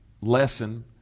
lesson